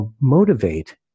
motivate